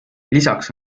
lisaks